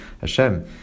Hashem